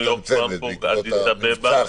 ייפתחו גם טיסות מאדיס אבבה.